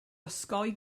osgoi